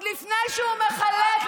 אז לפני שהוא מחלק,